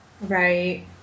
right